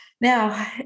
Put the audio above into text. Now